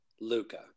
Luca